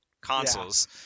consoles